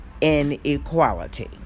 inequality